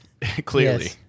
clearly